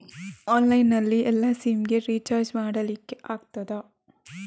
Online ನಲ್ಲಿ ಎಲ್ಲಾ sim ಗೆ ರಿಚಾರ್ಜ್ ಮಾಡಲಿಕ್ಕೆ ಆಗ್ತದಾ?